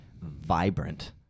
vibrant